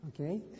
Okay